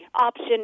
option